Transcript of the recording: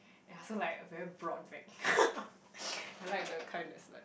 ya so like very broad back I like the kind that's like